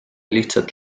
lihtsalt